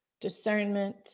discernment